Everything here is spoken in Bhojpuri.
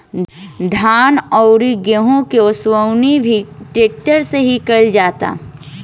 धान अउरी गेंहू के ओसवनी भी ट्रेक्टर से ही कईल जाता